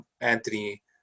Anthony